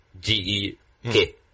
G-E-K